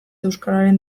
euskararen